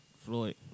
Floyd